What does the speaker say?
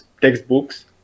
textbooks